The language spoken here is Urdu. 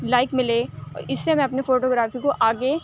لائک ملے اِس سے میں اپنی فوٹو گرافی کو آگے